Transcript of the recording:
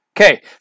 Okay